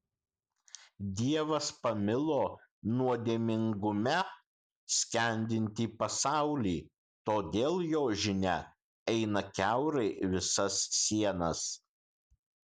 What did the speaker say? dievas pamilo nuodėmingume skendintį pasaulį todėl jo žinia eina kiaurai visas sienas